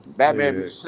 Batman